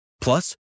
Plus